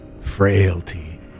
Frailty